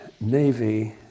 navy